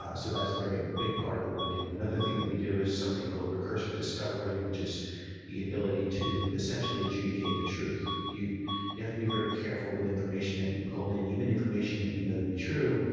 ah so, that's a very big part of what we do. another thing that we do is something called recursive discovery, which is the ability to essentially adjudicate the truth. you you have to be very careful with information that you pull in, even information that you know to be true,